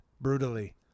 brutally